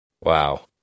Wow